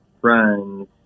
friends